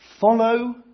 follow